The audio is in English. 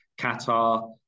Qatar